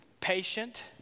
patient